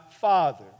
Father